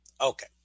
Okay